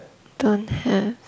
don't have